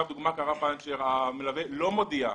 לדוגמה, קרה תקר, אבל המלווה לא מודיע.